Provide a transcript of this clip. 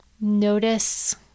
Notice